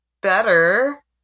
better